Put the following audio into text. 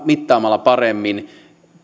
mittaamalla paremmin